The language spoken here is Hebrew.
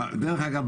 דרך אגב,